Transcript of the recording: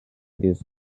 this